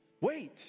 Wait